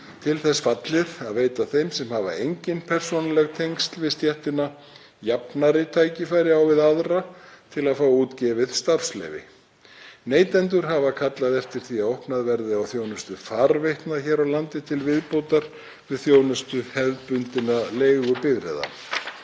til þess fallið að veita þeim sem hafa engin persónuleg tengsl við stéttina jafnari tækifæri á við aðra til að fá útgefið starfsleyfi. Neytendur hafa kallað eftir því að opnað verði á þjónustu farveitna hér á landi til viðbótar við þjónustu hefðbundinna leigubifreiða.